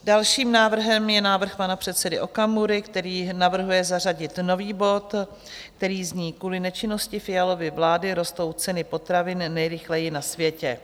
Dalším návrhem je návrh pana předsedy Okamury, který navrhuje zařadit nový bod, který zní: Kvůli nečinnosti Fialovy vlády rostou ceny potravin nejrychleji na světě.